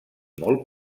molt